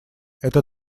это